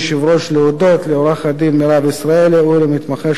להודות לעורכת-דין מירב ישראלי ולמתמחה שלה,